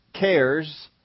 cares